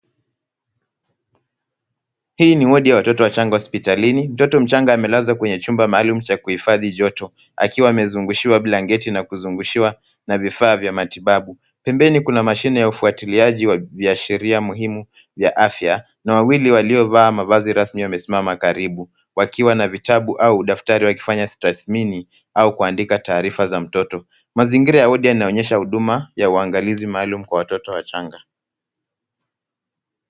Hii ni wodi ya watoto wachanga hospitalini. Mtoto mchanga amelazwa kwenye chumba maalum cha kuhifadhi joto akiwa ame zungushiwa blanketi na kuzungushiwa na vifaa vya matibabu, pembeni kuna mashine ya ufautiliaji wa viashiria muhimu vya afya na wawili waliovaa mavazi rasmi wamesimama karibu wakiwa na vitabu au daftari wakifanya tathmini au kuandika taarifa za mtoto. Mazingira ya wodi yanaonyesha huduma ya uangalizi maalum kwa watoto wachanga.